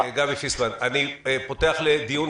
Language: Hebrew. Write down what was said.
אני פותח לדיון.